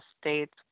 states